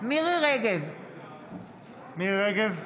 מירי מרים רגב,